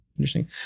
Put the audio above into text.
interesting